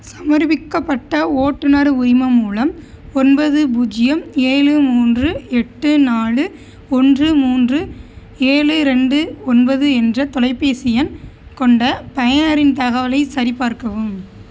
சமர்ப்பிக்கப்பட்ட ஓட்டுநர் உரிமம் மூலம் ஒன்பது பூஜ்ஜியம் ஏழு மூன்று எட்டு நாலு ஒன்று மூன்று ஏழு ரெண்டு ஒன்பது என்ற தொலைபேசி எண் கொண்ட பயனரின் தகவலைச் சரிபார்க்கவும்